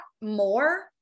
more